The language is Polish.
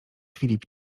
filip